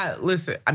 listen